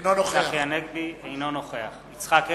אינו נוכח יצחק הרצוג,